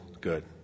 good